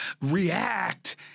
React